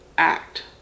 Act